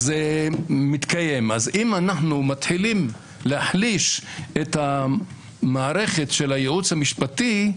אם אנחנו מתחילים להחליש את המערכת של הייעוץ המשפטי,